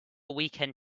weekend